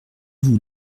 vous